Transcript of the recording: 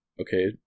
Okay